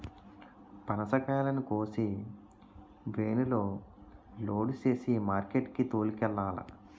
పనసకాయలను కోసి వేనులో లోడు సేసి మార్కెట్ కి తోలుకెల్లాల